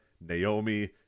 Naomi